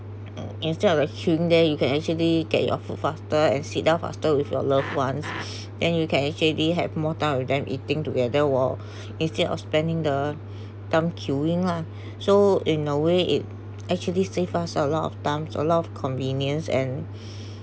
instead of queuing there you can actually get your food faster and sit down faster with your loved ones then you can actually have more time with them eating together while instead of spending the time queuing lah so in a way it actually save us a lot of times a lot of convenience and